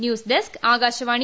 news desk Akashvani